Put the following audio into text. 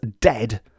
dead